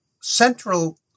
central